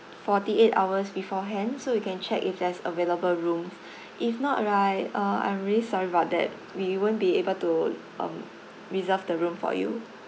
forty eight hours beforehand so we can check if there's available rooms if not like uh I'm very sorry about that we won't be able to um reserve the room for you